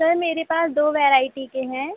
sir मेरे पास दो वैराइटी के हैं